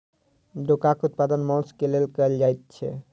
डोकाक उत्पादन मौंस क लेल कयल जाइत छै